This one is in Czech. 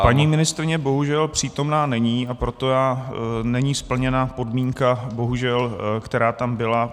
Paní ministryně bohužel přítomna není, a proto není splněna podmínka, bohužel, která tam byla.